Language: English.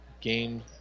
Game